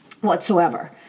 whatsoever